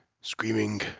screaming